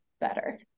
better